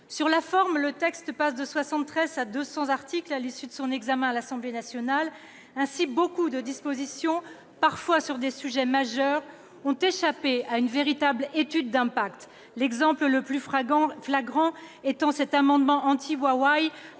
Sur la forme, le texte est passé de 73 articles à près de 200 articles à l'issue de son examen à l'Assemblée nationale. Ainsi, nombre de dispositions, parfois sur des sujets majeurs, ont échappé à une véritable étude d'impact, l'exemple le plus flagrant étant cet amendement « anti-Huawei